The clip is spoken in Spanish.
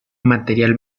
material